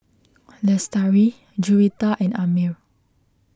Lestari Juwita and Ammir